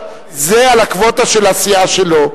על הקווטה של העשייה שלו.